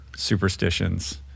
Superstitions